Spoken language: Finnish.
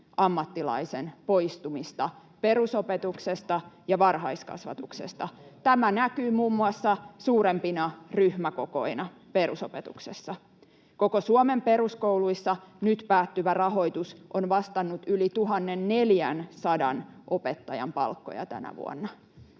ammattilaisen poistumista perusopetuksesta ja varhaiskasvatuksesta. Tämä näkyy muun muassa suurempina ryhmäkokoina perusopetuksessa. Koko Suomen peruskouluissa nyt päättyvä rahoitus on vastannut yli 1 400 opettajan palkkoja tänä vuonna.